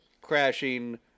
crashing